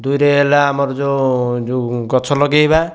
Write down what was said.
ଦୁଇରେ ହେଲା ଆମର ଯେଉଁ ଯେଉଁ ଗଛ ଲଗେଇବା